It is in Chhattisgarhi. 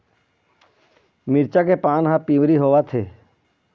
मिरचा के पान हर पिवरी होवथे?